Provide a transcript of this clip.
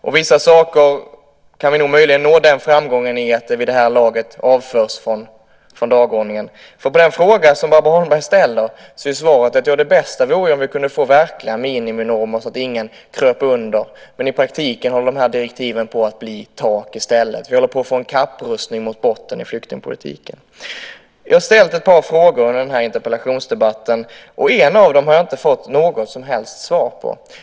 I vissa saker kan vi möjligen nå den framgången att det vid det här laget avförs från dagordningen. På den fråga som Barbro Holmberg ställer är svaret att det bästa vore om vi kunde få verkliga miniminormer så att ingen kröp under, men i praktiken håller de här direktiven på att bli tak i stället. Vi håller på att få en kapprustning mot botten i flyktingpolitiken. Jag har ställt ett par frågor under den här interpellationsdebatten. En av dem har jag inte fått något som helst svar på.